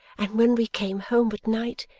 and when we came home at night,